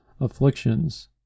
afflictions